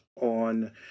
on